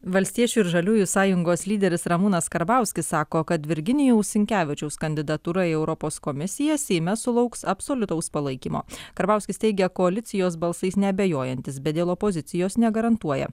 valstiečių ir žaliųjų sąjungos lyderis ramūnas karbauskis sako kad virginijaus sinkevičiaus kandidatūra į europos komisiją seime sulauks absoliutaus palaikymo karbauskis teigia koalicijos balsais neabejojantis bet dėl opozicijos negarantuoja